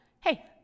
hey